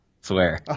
Swear